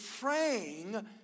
praying